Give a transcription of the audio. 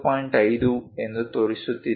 5 ಎಂದು ತೋರಿಸುತ್ತಿದ್ದೇವೆ